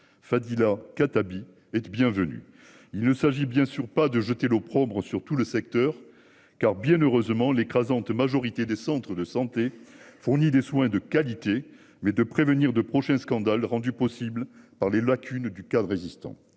Fadila Khattabi et bienvenue. Il ne s'agit bien sûr pas de jeter l'opprobre sur tout le secteur car bien heureusement l'écrasante majorité des centres de santé fournit des soins de qualité mais de prévenir de prochains scandales rendue possible par les lacunes du quad résistant.